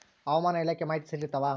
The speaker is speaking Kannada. ಹವಾಮಾನ ಇಲಾಖೆ ಮಾಹಿತಿ ಸರಿ ಇರ್ತವ?